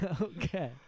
okay